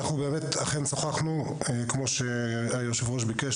כמו שהיושב-ראש ביקש,